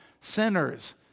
Sinners